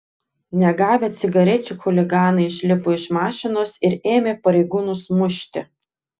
negavę cigarečių chuliganai išlipo iš mašinos ir ėmė pareigūnus mušti